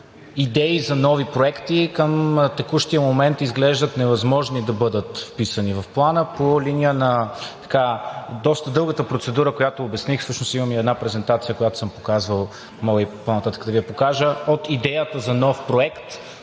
идеи за нови проекти към текущия момент изглеждат невъзможни да бъдат вписани в Плана по линия на доста дългата процедура, която обясних. Всъщност имам и една презентация, която съм показвал, мога по-нататък да Ви я покажа – от идеята за нов проект